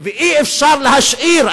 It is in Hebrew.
ואי-אפשר להשאיר,